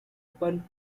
pun